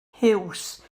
huws